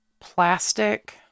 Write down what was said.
plastic